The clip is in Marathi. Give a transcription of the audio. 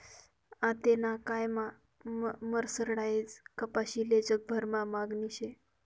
आतेना कायमा मर्सराईज्ड कपाशीले जगभरमा मागणी शे